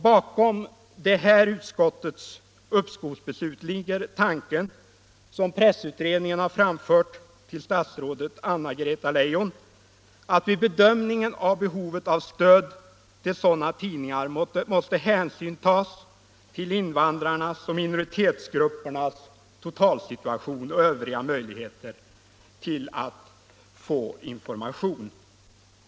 Bakom konstitutionsutskottets uppskovsbeslut ligger tanken — som pressutredningen har framfört till statsrådet Anna-Greta Leijon — att vid bedömningen av behovet av stöd till tidningar på annat språk än svenska måste hänsyn tas till invandrarnas och minoritetsgruppernas totalsituation och övriga möjligheter att få information.